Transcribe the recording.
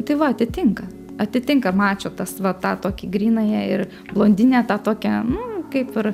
tai va atitinka atitinka mačo tas va tą tokį grynąją ir blondinę tą tokią nu kaip ir